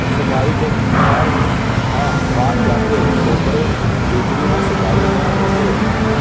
सुपारी के फर ह पाक जाथे ओकरे भीतरी म सुपारी ह रथे